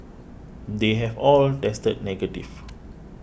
they have all tested negative